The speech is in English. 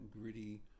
gritty